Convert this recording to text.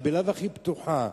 היא בלאו-הכי פתוחה.